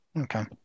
Okay